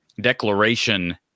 declaration